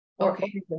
Okay